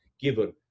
given